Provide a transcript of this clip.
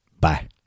Bye